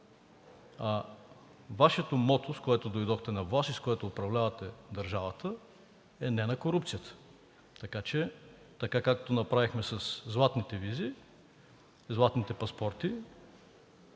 Вашето мото, с което дойдохте на власт и с което управлявате държавата, е: „Не на корупцията.“ Както направихме със златните визи, златните паспорти,